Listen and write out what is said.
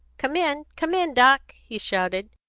come in, come in, doc! he shouted.